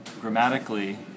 grammatically